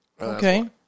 Okay